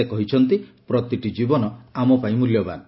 ସେ କହିଛନ୍ତି ପ୍ରତିଟି ଜୀବନ ଆମପାଇଁ ମୂଲ୍ୟବାନ୍